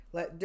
Let